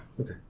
Okay